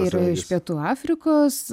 yra iš pietų afrikos